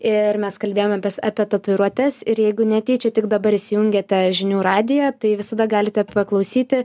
ir mes kalbėjombės apie tatuiruotes ir jeigu netyčia tik dabar įsijungiate žinių radiją tai visada galite paklausyti